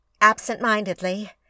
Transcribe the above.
Absent-mindedly